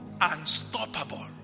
Unstoppable